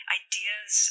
ideas